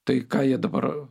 tai ką jie dabar